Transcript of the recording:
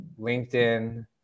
LinkedIn